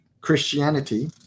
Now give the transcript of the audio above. Christianity